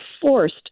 forced